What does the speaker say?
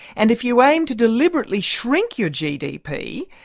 and if you aim to deliberately shrink your gdp,